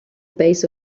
base